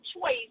choice